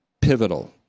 pivotal